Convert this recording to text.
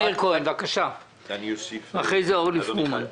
מאיר כהן ואחריו אורלי פרומן.